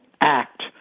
act